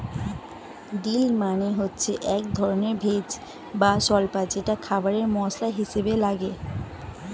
deal মানে হচ্ছে একধরনের ভেষজ বা স্বল্পা যেটা খাবারে মসলা হিসেবে লাগে